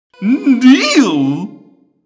Deal